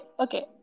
okay